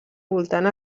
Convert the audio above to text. voltant